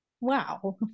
Wow